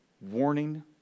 warning